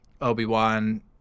obi-wan